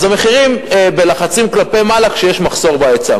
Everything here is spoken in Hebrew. אז המחירים בלחצים כלפי מעלה כשיש מחסור בהיצע.